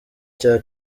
cya